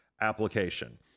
application